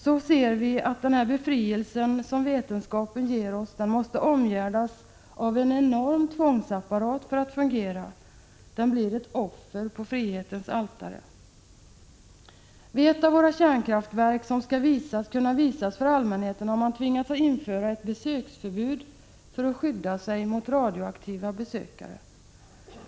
Så ser vi att denna befrielse som vetenskapen ger oss måste omgärdas av en enorm tvångsapparat för att fungera — den blir ett offer på frihetens altare. Vid ett av våra kärnkraftverk som skall kunna visas för allmänheten har man tvingats införa ett besöksförbud för att skydda sig mot radioaktiva besökare.